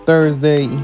Thursday